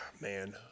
Man